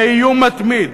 באיום מתמיד,